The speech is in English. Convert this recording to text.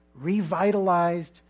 revitalized